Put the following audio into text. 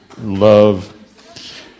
Love